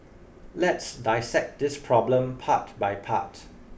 let's dissect this problem part by part